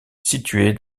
située